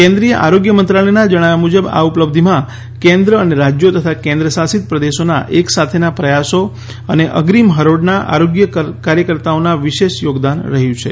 કેન્દ્રીય આરોગ્ય મંત્રાલયના જણાવ્યા મુજબ આ ઉપલબ્ધીમાં કેન્દ્ર અને રાજ્યો તથા કેન્દ્ર શાસિત પ્રદેશોના એક સાથેના પ્રયાસો અને અગ્રીમ હરોળના આરોગ્ય કાર્યકર્તાઓનો વિશેષ યોગદાન રહ્યું છે